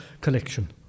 collection